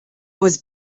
was